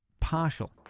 partial